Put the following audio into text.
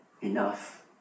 enough